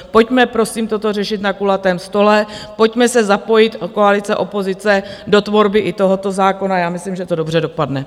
Pojďme, prosím, toto řešit na kulatém stole, pojďme se zapojit koalice, opozice do tvorby i tohoto zákona, já myslím, že to dobře dopadne.